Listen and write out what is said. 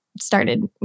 started